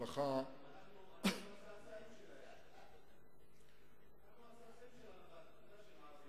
אנחנו הצאצאים של הנבטים, אתה יודע שהם ערבים.